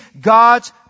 God's